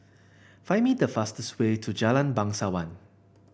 find me the fastest way to Jalan Bangsawan